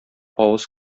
авыз